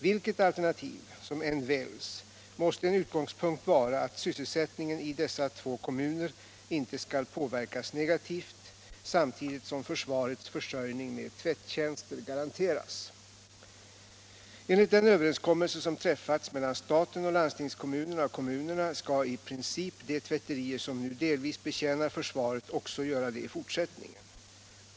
Vilket alternativ som än väljs måste en utgångspunkt vara att sysselsättningen i dessa två kommuner inte skall påverkas negativt samtidigt som försvarets försörjning med tvätttjänster garanteras. i Enligt den överenskommelse som träffats mellan staten och landstingskommunerna och kommunerna skall i princip de tvätterier som nu delvis betjänar försvaret också göra det i fortsättningen.